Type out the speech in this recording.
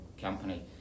company